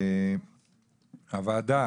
הוועדה